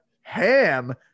Ham